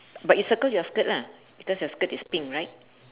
but you circle your skirt lah because your skirt is pink right